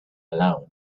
alone